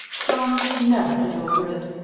john would never get over it!